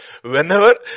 Whenever